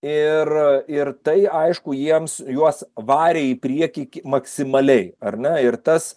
ir ir tai aišku jiems juos varė į priekį maksimaliai ar ne ir tas